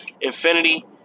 infinity